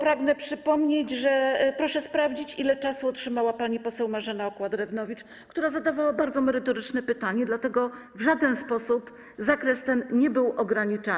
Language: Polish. Pragnę przypomnieć, proszę to sprawdzić, ile czasu otrzymała pani poseł Marzena Okła-Drewnowicz, która zadawała bardzo merytoryczne pytanie, dlatego w żaden sposób zakres ten nie był ograniczany.